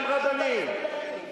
גם רבנים.